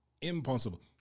Impossible